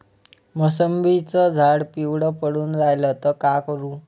मोसंबीचं झाड पिवळं पडून रायलं त का करू?